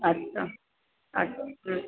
আচ্ছা আচ্ছা হুম